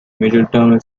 middletown